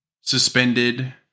suspended